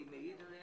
אני מעיד עליהם.